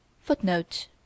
Footnote